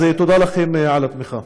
תודה לכם על התמיכה.